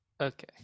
Okay